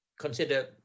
consider